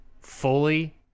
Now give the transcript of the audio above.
fully